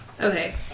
Okay